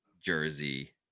jersey